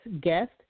guest